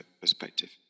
perspective